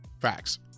facts